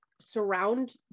surround